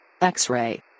X-ray